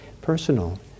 personal